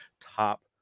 top